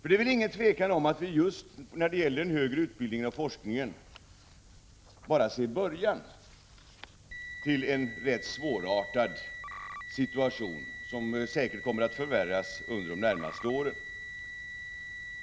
Det är väl inget tvivel om att vi just när det gäller den högre utbildningen och forskningen bara ser början till en rätt svårartad situation, som säkert kommer att förvärras under de närmaste åren.